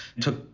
took